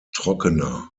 trockener